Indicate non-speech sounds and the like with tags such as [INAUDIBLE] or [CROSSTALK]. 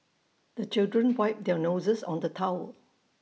the children [NOISE] wipe their noses on the towel